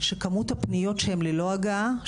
שכמות הפניות שהן ללא הגעה,